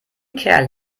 kerl